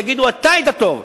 יגידו אתה היית טוב.